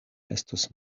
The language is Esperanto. estos